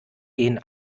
gehen